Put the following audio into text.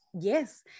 Yes